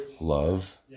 love